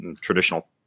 traditional